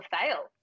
fail